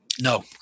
No